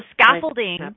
scaffolding